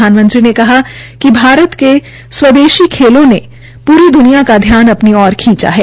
प्रधानमंत्री ने कहा कि भारत के स्वदेशी खेलों ने प्री द्रनिया का ध्यान अपनी ओर खींचा है